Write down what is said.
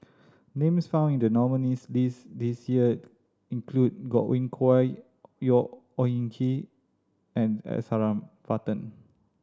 names found in the nominees' list this year include Godwin Koay Owyang Chi and S Varathan